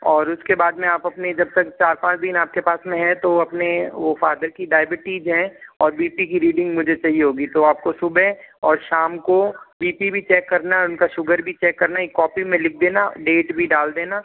और उसके बाद में आप अपने जब तक चार पाँच दिन आपके पास में है तो अपने वो फादर की डॉयबिटीज़ हैं और बी पी की रीडिंग मुझे चाहिए होगी तो आपको सुबह और शाम को बी पी भी चेक करना है उनका शुगर भी चेक करना है एक कॉपी मैं लिख देना डेट भी डाल देना